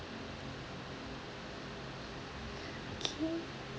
okay